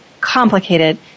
complicated